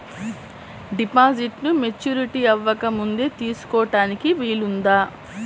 డిపాజిట్ను మెచ్యూరిటీ అవ్వకముందే తీసుకోటానికి వీలుందా?